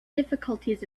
difficulties